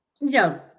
No